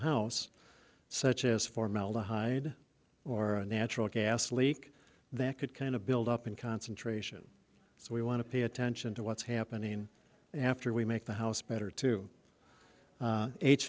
house such as formaldehyde or natural gas leak that could kind of build up in concentration so we want to pay attention to what's happening after we make the house better to h